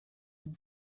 had